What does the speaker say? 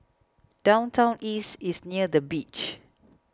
Downtown East is near the beach